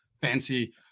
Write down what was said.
fancy